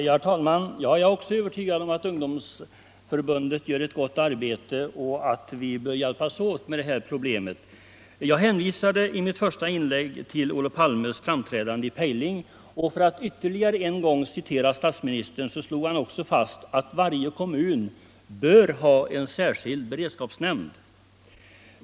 Herr talman! Jag är också övertygad om att ungdomsförbundet gör ett gott arbete och att vi bör hjälpas åt med detta problem. I mitt första inlägg hänvisade jag till Olof Palmes framträdande i Pejling. För att ytterligare en gång citera statsministern vill jag säga att han också slog fast att varje kommun bör ha en särskild beredskapsnämnd.